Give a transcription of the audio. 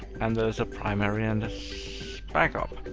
and there's a primary and a backup.